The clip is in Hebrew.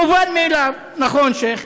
מובן מאליו, נכון, שיח'?